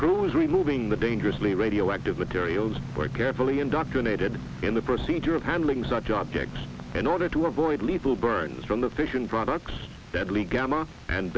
crews removing the dangerously radioactive materials by carefully indoctrinated in the procedure of handling such objects in order to avoid lethal burns from the fission products deadly gamma and